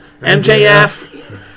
MJF